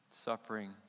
suffering